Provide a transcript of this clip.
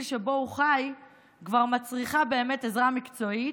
שבו הוא חי כבר מצריכים באמת עזרה מקצועית,